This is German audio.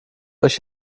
euch